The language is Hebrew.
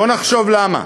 בוא נחשוב למה: